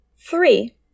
Three